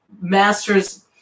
master's